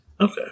Okay